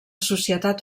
societat